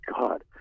God